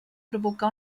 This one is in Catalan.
provocà